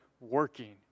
working